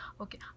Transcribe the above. Okay